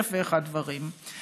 ואלף ואחד דברים.